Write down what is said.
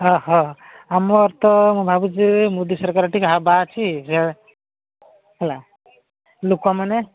ଓଃ ଆମର ତ ମୁଁ ଭାବୁଛି ମୋଦି ସରକାର ଟିକେ ହେବା ଅଛି ଯେ ହେଲା ଲୋକମାନେ